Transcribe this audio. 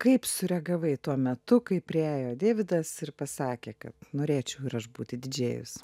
kaip sureagavai tuo metu kai priėjo deividas ir pasakė kad norėčiau ir aš būti didžėjus